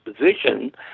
position